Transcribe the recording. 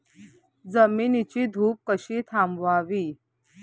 जमिनीची धूप कशी थांबवावी?